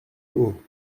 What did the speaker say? haut